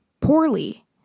poorly